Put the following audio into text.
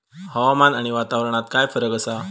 हवामान आणि वातावरणात काय फरक असा?